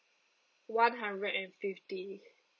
one hundred and fifty